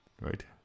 right